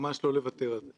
דבר שני שאני רוצה